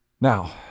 Now